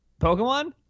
Pokemon